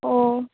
ও